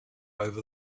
over